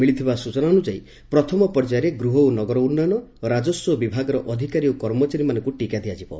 ମିଳିଥିବା ସ୍ଚନା ଅନ୍ଯାୟୀ ପ୍ରଥମ ପର୍ଯ୍ୟାୟରେ ଗୃହ ଓ ନଗର ଉନ୍ୟନ ରାକସ୍ୱ ବିଭାଗର ଅଧିକାରୀ ଓ କର୍ମଚାରୀମାନଙ୍କୁ ଟିକା ଦିଆଯିବ